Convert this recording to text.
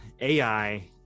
AI